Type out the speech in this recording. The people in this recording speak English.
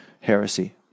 heresy